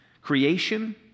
Creation